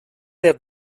der